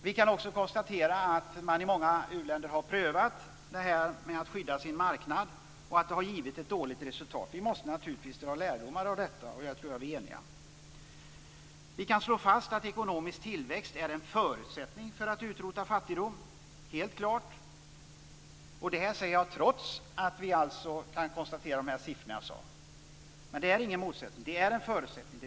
Vi kan också konstatera att man i många u-länder har prövat att skydda den egna marknaden, och det har givit ett dåligt resultat. Vi måste naturligtvis dra lärdomar av detta, och där är vi eniga. Vi kan slå fast att ekonomisk tillväxt är en förutsättning för att utrota fattigdom. Det säger jag trots de siffror jag har nämnt. Det är ingen motsättning, men det är en förutsättning.